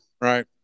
Right